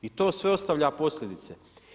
I to sve ostavlja posljedice.